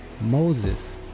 Moses